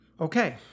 Okay